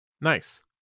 Nice